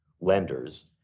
lenders